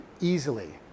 easily